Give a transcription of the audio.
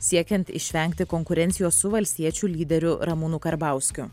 siekiant išvengti konkurencijos su valstiečių lyderiu ramūnu karbauskiu